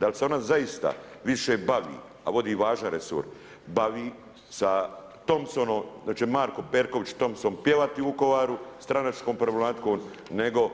Da li se ona zaista više bavi, a vodi važan resur, bavi sa Thompsonom, da će Marko Perković Thompson pjevati u Vukovaru, stranačkom problematikom nego